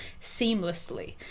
seamlessly